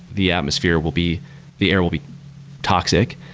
the atmosphere will be the air will be toxic,